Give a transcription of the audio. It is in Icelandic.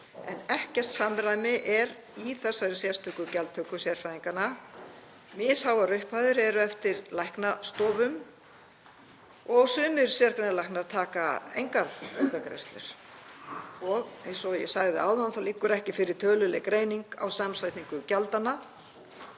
En ekkert samræmi er í þessari sérstöku gjaldtöku sérfræðinganna. Misháar upphæðir eru eftir læknastofum og sumir sérgreinalæknar taka engar aukagreiðslur. Eins og ég sagði áðan þá liggur ekki fyrir töluleg greining á samsetningu gjaldanna